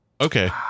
okay